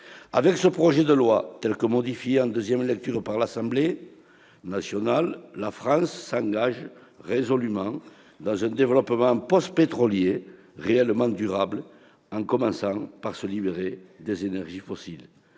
Avec ce projet de loi, tel que modifié en nouvelle lecture par l'Assemblée nationale, la France s'engage résolument dans un développement post-pétrolier, réellement durable, en commençant par se libérer des énergies fossiles